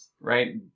right